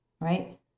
right